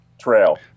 trail